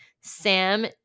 Sam